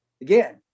again